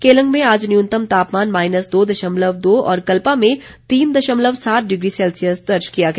केलंग में आज न्यूनतम तापमान माइनस दो दशमलव दो और कल्पा में तीन दशमलव सात डिग्री सैल्सियस दर्ज किया गया